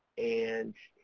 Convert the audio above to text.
and